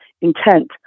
intent